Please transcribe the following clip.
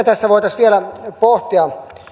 tässä voitaisiin myös vielä pohtia